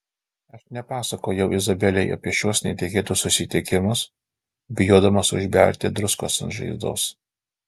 aš nepasakojau izabelei apie šiuos netikėtus susitikimus bijodamas užberti druskos ant žaizdos